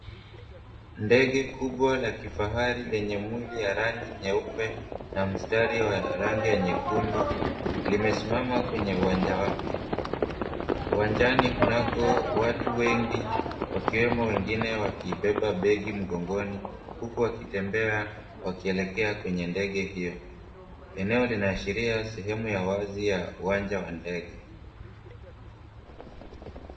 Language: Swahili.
Ndege kubwa la kifahari lenye mwili ya rangi nyeupe na mstari wa rangi ya nyekundu limesimama kwenye uwanja wake uwanjani, kunako watu wengi wakiwemo wengine wakibeba begi mgongoni huku wakitembea wakielekea kwenye ndege hiyo. Eneo linaashiria sehemu ya wazi ya uwanja wa ndege.